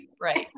right